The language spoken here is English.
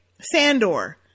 Sandor